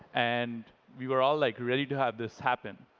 and we were all, like, ready to have this happen.